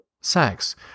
sex